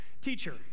Teacher